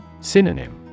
Synonym